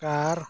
car